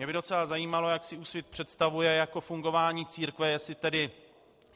Mě by docela zajímalo, jak si Úsvit představuje fungování církve, jestli tedy